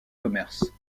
commerces